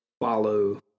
follow